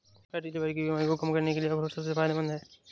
fatty liver की बीमारी को कम करने के लिए अखरोट सबसे फायदेमंद है